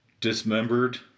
dismembered